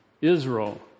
Israel